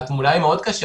והתמונה מאוד קשה